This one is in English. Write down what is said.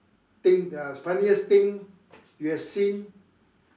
things uh funniest thing you have seen